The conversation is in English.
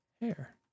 hair